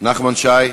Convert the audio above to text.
נחמן שי,